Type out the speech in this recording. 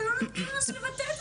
אבל לא נותנים לנו לבטא את עצמנו.